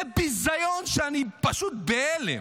זה ביזיון, אני פשוט בהלם,